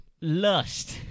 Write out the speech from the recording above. Lust